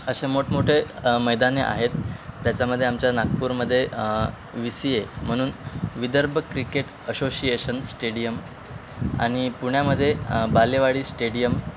असे मोठमोठे मैदाने आहेत त्याच्यामध्ये आमच्या नागपूरमध्ये वि सी ए म्हणीन विदर्भ क्रिकेट अशोशिएशन स्टेडियम आणि पुण्यामध्ये बालेवाडी स्टेडियम